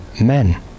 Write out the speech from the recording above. men